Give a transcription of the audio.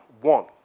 One